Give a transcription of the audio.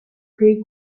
paid